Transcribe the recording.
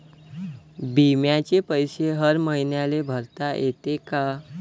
बिम्याचे पैसे हर मईन्याले भरता येते का?